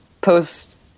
post